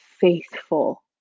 faithful